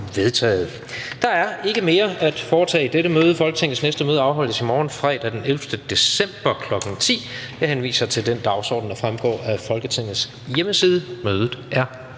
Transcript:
Der er ikke mere at foretage i dette møde. Folketingets næste møde afholdes i morgen, fredag den 11. december 2020, kl. 10.00. Jeg henviser til den dagsorden, der fremgår af Folketingets hjemmeside. Mødet er